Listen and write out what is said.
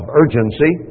urgency